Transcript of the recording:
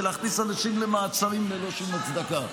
להכניס אנשים למעצרים ללא שום הצדקה,